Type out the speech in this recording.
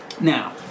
Now